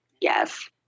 yes